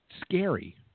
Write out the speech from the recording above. scary